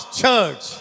church